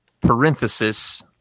parenthesis